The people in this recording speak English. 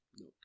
no